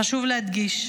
חשוב להדגיש,